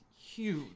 huge